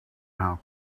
how